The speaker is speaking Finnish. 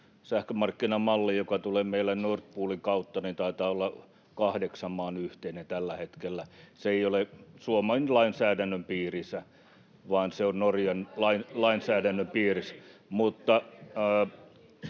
Sähkömarkkinamalli, joka tulee meille Nord Poolin kautta, taitaa olla kahdeksan maan yhteinen tällä hetkellä. Se ei ole Suomen lainsäädännön piirissä, vaan se on Norjan lainsäädännön piirissä.